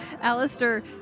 alistair